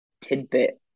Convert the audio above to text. tidbit